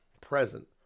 present